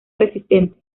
resistente